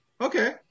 Okay